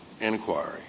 inquiry